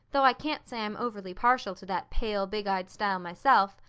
though i can't say i'm overly partial to that pale, big-eyed style myself.